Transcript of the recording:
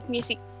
Music